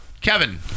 Kevin